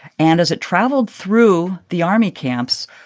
and as it traveled through the army camps,